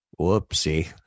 Whoopsie